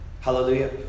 Hallelujah